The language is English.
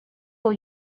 will